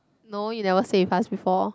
no you never say with us before